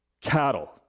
cattle